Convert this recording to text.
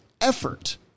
effort